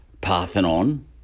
Parthenon